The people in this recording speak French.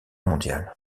mondiale